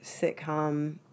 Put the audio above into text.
sitcom